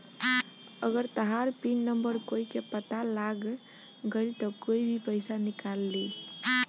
अगर तहार pin number कोई के पता लाग गइल त कोई भी पइसा निकाल ली